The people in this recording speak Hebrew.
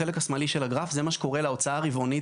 בחלק השמאלי של הגרף זה מה שקורה להוצאה הרבעונית